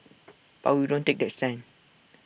but we don't take that stand